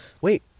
Wait